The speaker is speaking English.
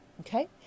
Okay